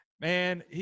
Man